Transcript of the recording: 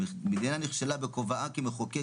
המדינה נכשלה בכובעה כמחוקק,